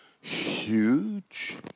huge